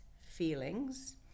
feelings